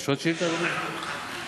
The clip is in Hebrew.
אבל יש נשים שעדיין לא מקבלות קצבה,